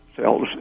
cells